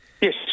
Yes